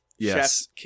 Yes